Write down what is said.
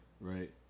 right